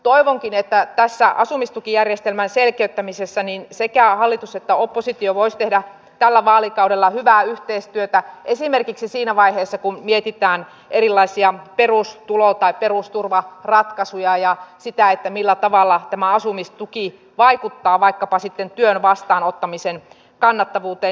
toivonkin että tässä asumistukijärjestelmän selkeyttämisessä sekä hallitus että oppositio voisi tehdä tällä vaalikaudella hyvää yhteistyötä esimerkiksi siinä vaiheessa kun mietitään erilaisia perustulo tai perusturvaratkaisuja ja sitä millä tavalla tämä asumistuki vaikuttaa vaikkapa sitten työn vastaanottamisen kannattavuuteen